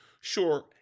Sure